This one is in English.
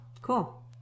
Cool